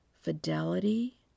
fidelity